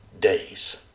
days